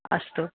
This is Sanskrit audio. अस्तु